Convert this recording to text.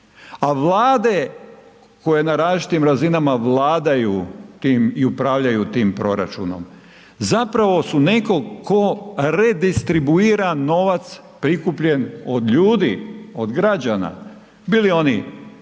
A vlade koje na različitim razinama vladaju i upravljaju tim proračunom zapravo su neko ko redistribuira novac prikupljen od ljudi, od građana, bili oni